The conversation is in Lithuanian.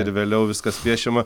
ir vėliau viskas piešiama